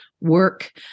work